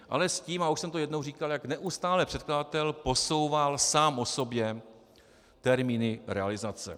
Ale s tím, a už jsem to jednou říkal, jak neustále předkladatel posouval sám o sobě termíny realizace.